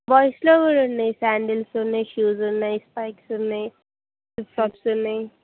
బాయ్స్లో కూడా ఉన్నాయి శాండిల్స్ ఉన్నాయి షూస్ ఉన్నాయి స్పైక్స్ ఉన్నాయి ఫ్లిప్ ఫ్లోప్స్ ఉన్నాయి